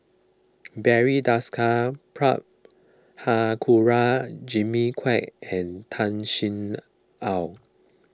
Barry Desker Prabhakara Jimmy Quek and Tan Sin Aun